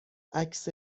عکس